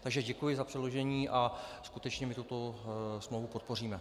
Takže děkuji za předložení a skutečně my tuto smlouvu podpoříme.